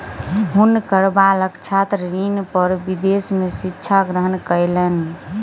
हुनकर बालक छात्र ऋण पर विदेश में शिक्षा ग्रहण कयलैन